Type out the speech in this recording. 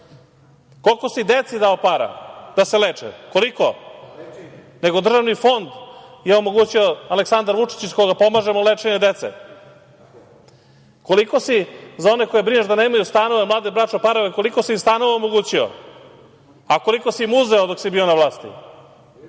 Koliko si deci dao para da se leče? Koliko? Nego državni fond je omogućio Aleksandar Vučić, iz koga pomažemo lečenje dece. Koliko si, za one koje brineš da nemaju stanove, mlade bračne parove, koliko si im stanova omogućio, a koliko si im uzeo dok si bio na vlasti?